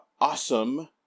awesome